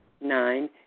Nine